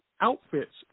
outfits